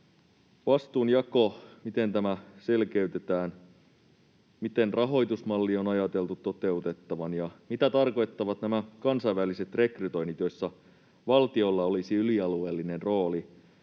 vastuunjako selkeytetään, miten rahoitusmalli on ajateltu toteutettavan, ja mitä tarkoittavat nämä kansainväliset rekrytoinnit, joissa valtiolla olisi ylialueellinen rooli?